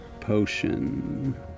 potion